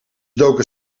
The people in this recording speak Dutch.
doken